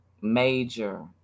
major